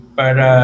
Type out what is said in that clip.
para